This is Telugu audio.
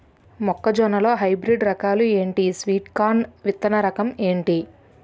మొక్క జొన్న లో హైబ్రిడ్ రకాలు ఎంటి? స్వీట్ కార్న్ విత్తన రకం ఏంటి?